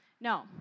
No